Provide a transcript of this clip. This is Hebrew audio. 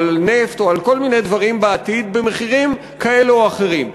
על נפט או על כל מיני דברים בעתיד מחירים כאלה או אחרים.